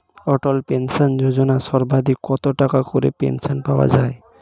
অটল pension যোজনা সর্বাধিক কত টাকা করে পেনশন পাওয়া যায়?